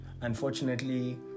Unfortunately